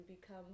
become